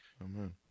Amen